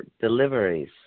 deliveries